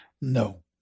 No